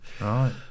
right